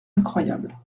incroyable